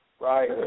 right